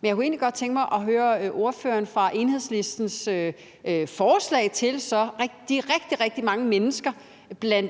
kunne egentlig godt tænke mig så at høre ordføreren for Enhedslistens forslag til de rigtig, rigtig mange mennesker – bl.a.